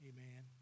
Amen